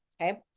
okay